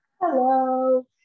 Hello